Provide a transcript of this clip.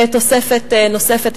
ותוספת נוספת.